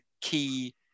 key